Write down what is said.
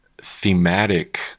thematic